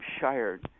Shire